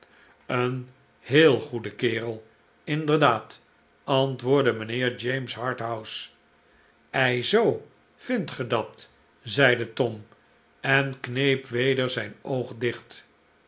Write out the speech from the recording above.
een heel goede kerel inderdaad antwoordde mijnheer james harthouse ei zoo vindt ge dat zeide tom en kneep weder zijn oog dicht